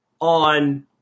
on